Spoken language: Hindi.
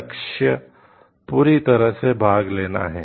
लक्ष्य पूरी तरह से भाग लेना है